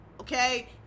Okay